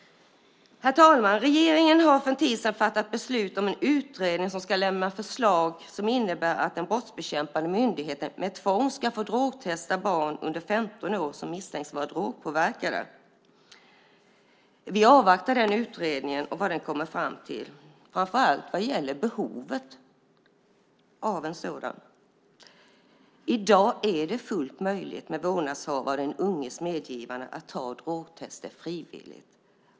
Herr talman! Regeringen fattade för en tid sedan beslut om en utredning som ska lämna förslag som innebär att den brottsbekämpande myndigheten med tvång ska få drogtesta barn under 15 år som misstänks vara drogpåverkade. Vi avvaktar vad utredningen kommer fram till, framför allt vad gäller behovet av detta. I dag är det fullt möjligt att med vårdnadshavares och den unges medgivande ta frivilliga drogtester.